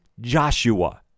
Joshua